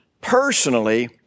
personally